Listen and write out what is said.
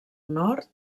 nord